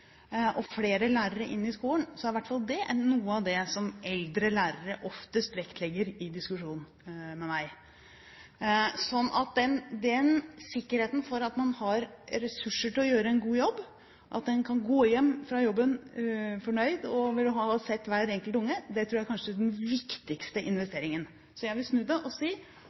og får flere lærere inn i skolen, er i hvert fall det noe av det som eldre lærere oftest vektlegger i diskusjon med meg. Den sikkerheten for at man har ressurser til å gjøre en god jobb, at man kan gå hjem fra jobben fornøyd over å ha sett hver enkelt unge, tror jeg kanskje er den viktigste investeringen. Så jeg vil snu det og si